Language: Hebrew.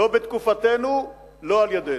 לא בתקופתנו, לא על-ידינו.